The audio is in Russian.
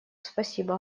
спасибо